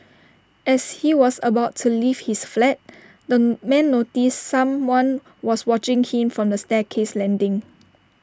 as he was about to leave his flat the man noticed someone was watching him from the staircase landing